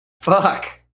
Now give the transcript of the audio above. Fuck